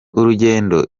urugendo